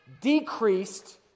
decreased